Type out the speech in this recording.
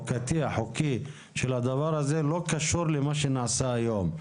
החוקתי של הדבר הזה לא קשור למה שנעשה היום.